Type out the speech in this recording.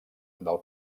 del